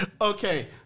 Okay